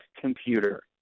computer